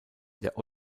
der